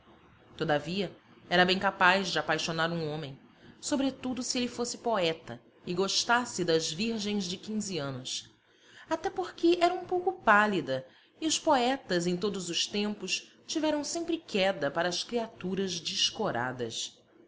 nela todavia era bem capaz de apaixonar um homem sobretudo se ele fosse poeta e gostasse das virgens de quinze anos até porque era um pouco pálida e os poetas em todos os tempos tiveram sempre queda para as criaturas descoradas